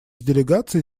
делегаций